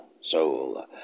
soul